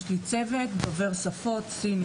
יש לי צוות דובר שפות סינית,